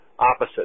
opposite